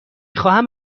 خواهم